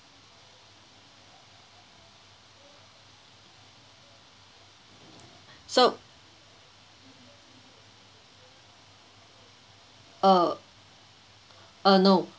so uh uh no